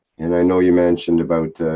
and i know you mentioned about.